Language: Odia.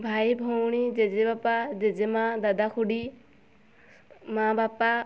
ଭାଇ ଭଉଣୀ ଜେଜେବାପା ଜେଜେମାଆ ଦାଦା ଖୁଡ଼ୀ ମାଆ ବାପା